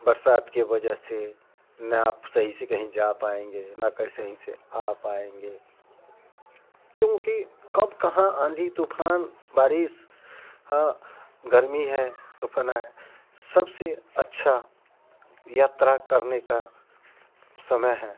बरसात के वजह से न आप सही से कहीं जा पाएँगे न कहीं ही सही आ पाएँगे क्योंकि कब कहाँ आंधी तूफान बारिश गर्मी है तो है सबसे अच्छा यात्रा करने का समय है